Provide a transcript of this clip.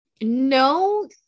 no